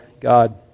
God